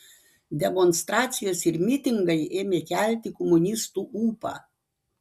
demonstracijos ir mitingai ėmė kelti komunistų ūpą